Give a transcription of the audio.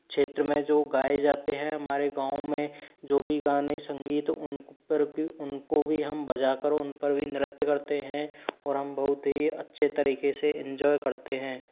क्षेत्र में जो गाए जाते हैं हमारे गांव में जो भी गाने संगीत उन पर उनको भी हम बजाकर उन पर भी नृत्य करते हैं और हम बहुत ही अच्छे तरीके से एन्जॉय करते हैं